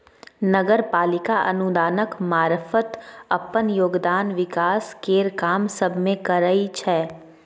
नगर पालिका अनुदानक मारफत अप्पन योगदान विकास केर काम सब मे करइ छै